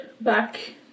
back